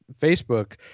Facebook